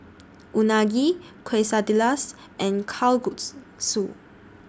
Unagi Quesadillas and